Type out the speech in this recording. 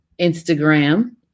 Instagram